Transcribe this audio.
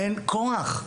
אין כוח.